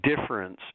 difference